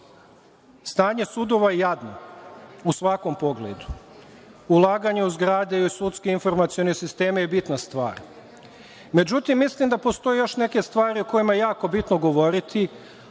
Stanje sudova je jadno u svakom pogledu. Ulaganje u zgrade i u sudske informacione sisteme je bitna stvar. Međutim, mislim da postoje još neke stvari o kojima je jako bitno govoriti,